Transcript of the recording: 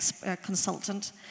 consultant